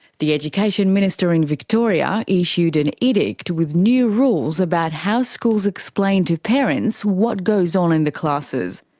the education minister in victoria issued an edict with new rules about how schools explain to parents what goes on in the classes.